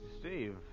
Steve